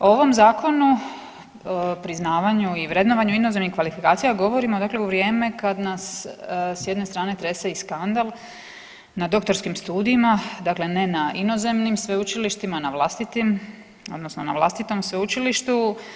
O ovom zakonu priznavanju i vrednovanju inozemnih kvalifikacija govorimo dakle u vrijeme kad nas s jedne strane trese i skandal na doktorskim studijima, dakle ne na inozemnim sveučilištima, na vlastitim odnosno na vlastitom sveučilištu.